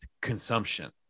consumption